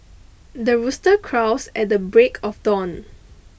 the rooster crows at the break of dawn